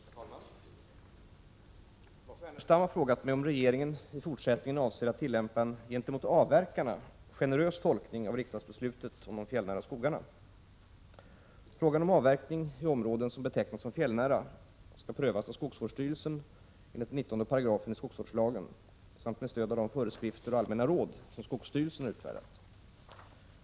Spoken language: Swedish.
Herr talman! Lars Ernestam har frågat mig om regeringen i fortsättningen avser att tillämpa en gentemot avverkarna generös tolkning av riskdagsbeslutet om de fjällnära skogarna. Frågan om avverkning i områden som betecknas som fjällnära prövas av skogsvårdsstyrelsen enligt 19 § skogsvårdslagen samt med stöd av de föreskrifter och allmänna råd som skogsstyrelsen har utfärdat.